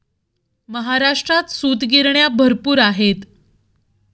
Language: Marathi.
महाराष्ट्रात सूतगिरण्या भरपूर आहेत